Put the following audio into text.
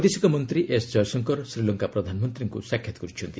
ବୈଦେଶିକ ମନ୍ତ୍ରୀ ଏସ୍ ଜୟଶଙ୍କର ଶ୍ରୀଲଙ୍କା ପ୍ରଧାନମନ୍ତ୍ରୀଙ୍କୁ ସାକ୍ଷାତ କରିଛନ୍ତି